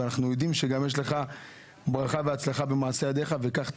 אנחנו יודעים שיש ברכה והצלחה במעשי ידיך וכך תמשיך,